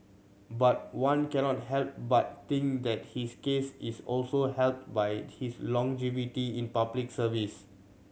but one cannot help but think that his case is also helped by his longevity in Public Service